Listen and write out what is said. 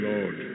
Lord